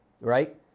right